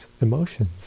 emotions